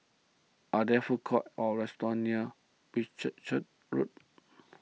are there food courts or restaurants near Whitchurch Road